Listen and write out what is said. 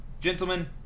Gentlemen